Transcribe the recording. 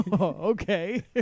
okay